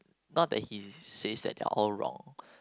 not that he says that they're all wrong